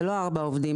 אלה לא ארבעה עובדים,